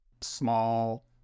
small